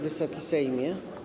Wysoki Sejmie!